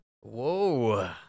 Whoa